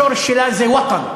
השורש שלה זה "ווטן",